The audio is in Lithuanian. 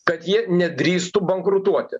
kad jie nedrįstų bankrutuoti